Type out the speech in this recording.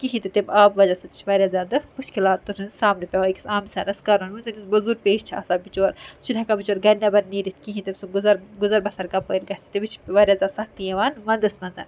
کِہیٖنۍ تہِ آبہ وجہ سۭتۍ واریاہ زیادٕ مُشکِلاتَن ہُنٛد سامنہٕ پیوان اکِس عام انَسانس کرُن وۄں زن یُسُ مزوٗر پش چھِ اسان بِچور سُہ چھُ نہٕ ہیکان بچور گَر نیبر نیٖرتھ کہیٖنۍ تمۍ سُنٛد گُز گُزَر بَسَر کپٲرۍ گژھِ تِٔمس واریاہ زیاد سختی یِوان وونٛد منٛز